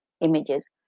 images